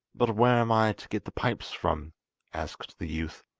but where am i to get the pipes from asked the youth.